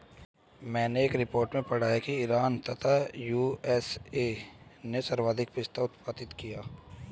मैनें एक रिपोर्ट में पढ़ा की ईरान तथा यू.एस.ए ने सर्वाधिक पिस्ता उत्पादित किया